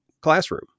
classroom